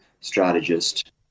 strategist